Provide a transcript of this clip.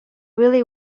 really